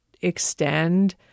extend